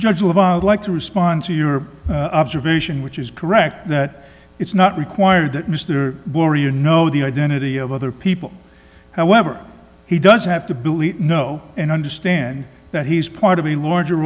would like to respond to your observation which is correct that it's not required that mr boria know the identity of other people however he does have to believe know and understand that he's part of a larger